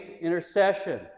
intercession